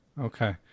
Okay